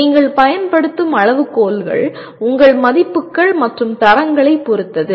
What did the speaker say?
நீங்கள் பயன்படுத்தும் அளவுகோல்கள் உங்கள் மதிப்புகள் மற்றும் தரங்களைப் பொறுத்தது